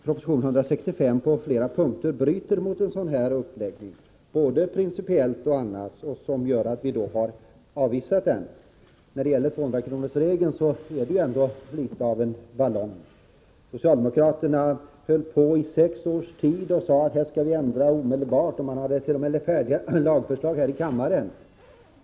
Proposition 165 bryter på flera punkter mot en sådan uppläggning, både principiellt och på annat sätt, och därför har vi avvisat den. 200-kronorsregeln kan litet grand ses som en ballong. Socialdemokraterna sade under sex års tid att man skulle ändra denna regel omedelbart, och man hade t.o.m. färdiga lagförslag här i kammaren.